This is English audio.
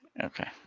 Okay